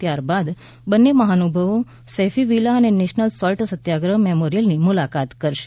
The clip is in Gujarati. ત્યારબાદ બંને મહાનુભાવો સૈફી વિલા અને નેશનલ સોલ્ટ સત્યાગ્રહ મેમોરિયલની મુલાકાત કરશે